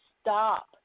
stop